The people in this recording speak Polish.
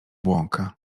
błąka